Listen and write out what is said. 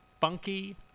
Funky